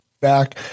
back